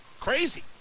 crazy